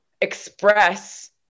express